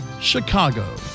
chicago